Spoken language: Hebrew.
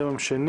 היום יום שני,